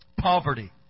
Poverty